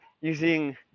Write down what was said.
using